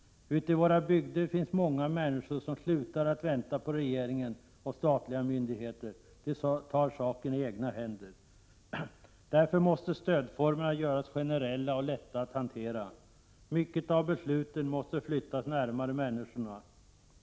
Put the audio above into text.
Ute i våra bygder finns många människor som slutat att vänta på regeringen och statliga myndigheter. De tar saken i egna händer. Därför måste stödformerna göras generella och lätta att hantera. Många av besluten måste flyttas närmare människorna.